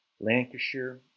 Lancashire